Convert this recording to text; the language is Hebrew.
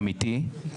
אמיתי,